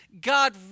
god